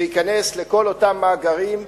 שייכנסו לכל אותם מאגרים,